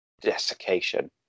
desiccation